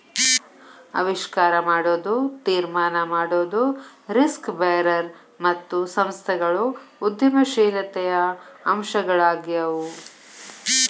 ಆವಿಷ್ಕಾರ ಮಾಡೊದು, ತೀರ್ಮಾನ ಮಾಡೊದು, ರಿಸ್ಕ್ ಬೇರರ್ ಮತ್ತು ಸಂಸ್ಥೆಗಳು ಉದ್ಯಮಶೇಲತೆಯ ಅಂಶಗಳಾಗ್ಯಾವು